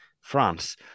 France